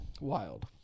wild